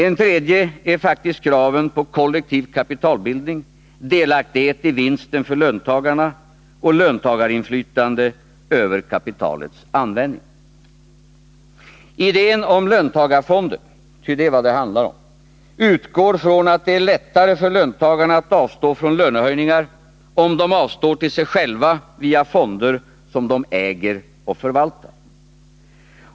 En tredje är faktiskt kraven på kollektiv kapitalbildning, delaktighet i vinsten för löntagarna och löntagarinflytande över kapitalets användning. Idén om löntagarfonder — ty det är vad det handlar om — utgår från att det är lättare för löntagarna att avstå från lönehöjningar om de avstår till sig själva via fonder, som de äger och förvaltar.